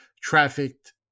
trafficked